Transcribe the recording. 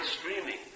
streaming